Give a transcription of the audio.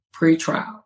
pretrial